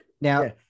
Now